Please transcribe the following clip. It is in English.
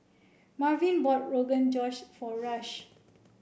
Marvin bought Rogan Josh for Rush